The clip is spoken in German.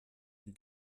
die